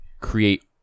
create